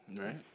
Right